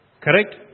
Correct